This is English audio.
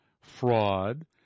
fraud